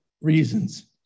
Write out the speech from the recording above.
reasons